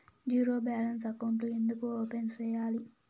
zero balance అకౌంట్లు ఎందుకు open సేయాలి